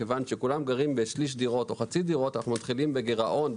כיוון שכולם גרים בשליש דירות או חצי דירות אנחנו מתחילים בגירעון,